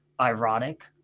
ironic